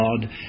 God